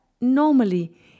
normally